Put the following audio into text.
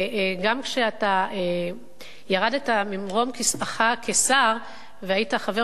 וגם כשאתה ירדת ממרום כיסאך כשר והיית חבר